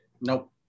Nope